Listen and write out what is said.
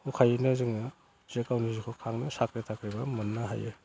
सहायैनो जोङो जे गावनि जिउखौ खांनो साख्रि ताख्रिबो मोननो हायो